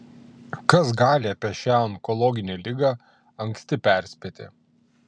kas gali apie šią onkologinę ligą anksti perspėti